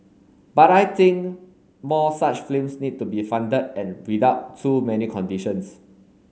but I think more such films need to be funded and without too many conditions